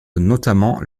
notamment